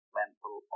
mental